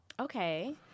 Okay